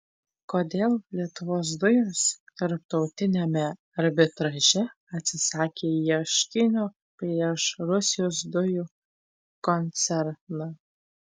kodėl lietuvos dujos tarptautiniame arbitraže atsisakė ieškinio prieš rusijos dujų koncerną